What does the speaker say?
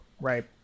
Right